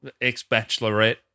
ex-bachelorette